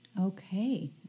Okay